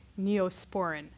neosporin